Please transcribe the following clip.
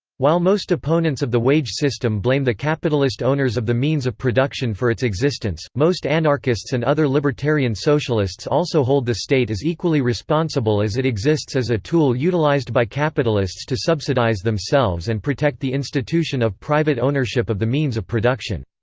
while most opponents of the wage system blame the capitalist owners of the means of production for its existence, most anarchists and other libertarian socialists also hold the state as equally responsible as it exists as a tool utilised by capitalists to subsidise themselves and protect the institution of private ownership of the means of production.